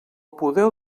podeu